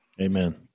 amen